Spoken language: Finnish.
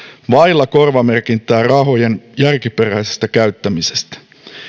vailla korvamerkintää rahojen järkiperäisestä käyttämisestä